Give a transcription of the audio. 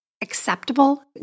acceptable